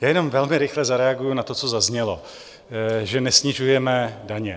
Jenom velmi rychle zareaguji na to, co zaznělo, že nesnižujeme daně.